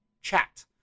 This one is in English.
chat